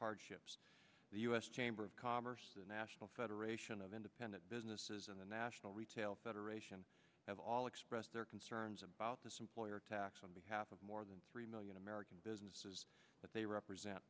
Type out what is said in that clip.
hardship the u s chamber of commerce the national federation of independent businesses and the national retail federation have all expressed their concerns about this employer tax on behalf of more than three million american businesses that they represent